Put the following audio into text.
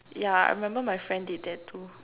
yeah I remember my friend did that too